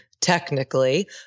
technically